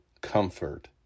comfort